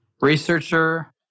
researcher